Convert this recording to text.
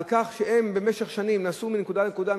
הם במשך שנים נסעו מנקודה לנקודה,